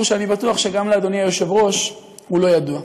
שאני בטוח שגם לאדוני היושב-ראש הוא לא ידוע.